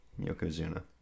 Yokozuna